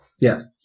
Yes